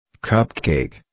Cupcake